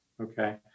okay